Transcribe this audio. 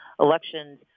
elections